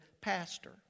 pastor